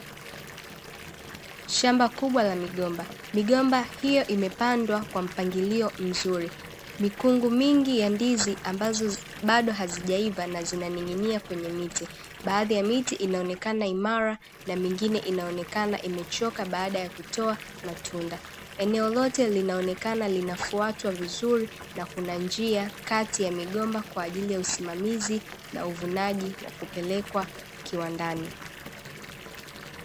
Shamba kubwa la migomba, migomba hiyo imepandwa kwa mpangilio mzuri, mikungu mingi ya ndizi ambazo bado hazijaiva na zinaning’inia kwenye miti baadhi ya miti inaonekana imara na mingine inaonekana imechoka baada ya kutoa matunda, eneo lote linaonekana linafuatwa vizuri na kuna njia kati ya migomba kwa ajili ya usimamizi na uvunaji wa kupelekwa kiwandani.